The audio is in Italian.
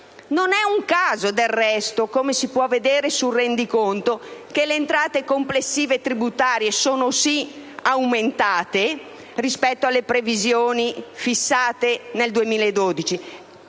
Non è un caso del resto, come si può vedere sul rendiconto, che le entrate complessive tributarie sono sì aumentate rispetto alle previsioni fissate nel 2012,